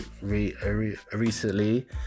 recently